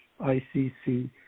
ICC